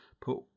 put